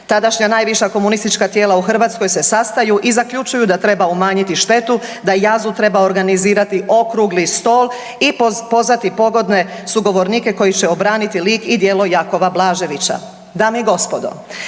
Tadašnja najviša komunistička tijela u Hrvatskoj se sastaju i zaključuju da treba umanjiti štetu, da JAZU treba organizirati okrugli stol i pozvati pogodne sugovornike koji će obraniti lik i djelo Jakova Blaževića.